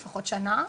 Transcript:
לפחות שנה.